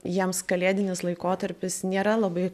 jiems kalėdinis laikotarpis nėra labai